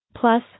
Plus